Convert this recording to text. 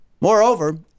Moreover